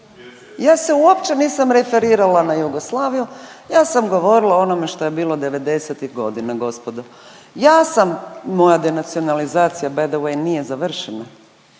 ja se uopće nisam referirala na Jugoslaviju, ja sam govorila o onome što je bilo 90-ih godina, gospodo. Ja sam, moja denacionalizacija, by the way, nije završena.